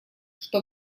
что